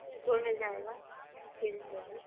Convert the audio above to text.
بالکل مِل جائے گا بالکل مِلے گی